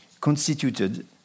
constituted